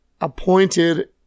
appointed